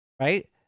right